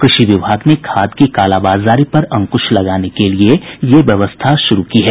कृषि विभाग ने खाद की कालाबाजारी पर अंकुश लगाने के लिये ये व्यवस्था शुरू की है